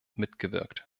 mitgewirkt